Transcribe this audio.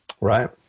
Right